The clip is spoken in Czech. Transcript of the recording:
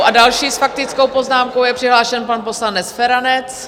A další s faktickou poznámkou je přihlášen pan poslanec Feranec.